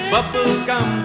Bubblegum